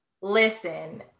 Listen